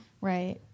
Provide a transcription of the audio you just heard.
right